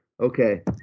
Okay